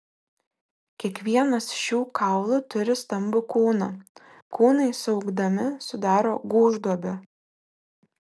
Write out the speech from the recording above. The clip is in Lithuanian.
kiekvienas šių kaulų turi stambų kūną kūnai suaugdami sudaro gūžduobę